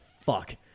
fuck